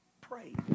Pray